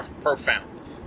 profound